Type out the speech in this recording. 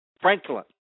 Franklin